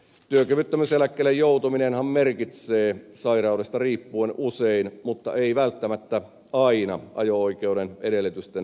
työkyvyttömyyseläkkeelle joutuminenhan merkitsee sairaudesta riippuen usein mutta ei välttämättä aina ajo oikeuden edellytysten menettämistä